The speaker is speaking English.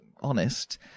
honest